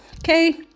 Okay